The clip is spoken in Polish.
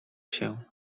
się